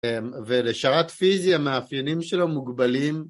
ולשרת פיזי המאפיינים שלו מוגבלים